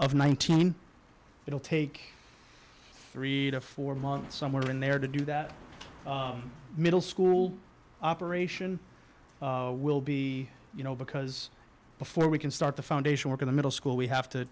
of nineteen it will take three to four months somewhere in there to do that middle school operation will be you know because before we can start the foundation work in the middle school we have to